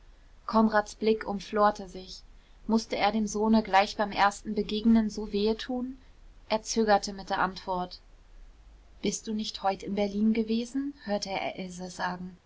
konrads blick umflorte sich mußte er dem sohne gleich beim ersten begegnen so wehe tun er zögerte mit der antwort bist du nicht heut in berlin gewesen hörte er else sagen